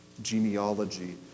genealogy